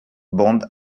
bond